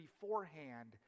beforehand